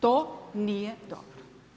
To nije dobro.